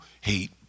hate